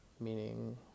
meaning